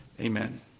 Amen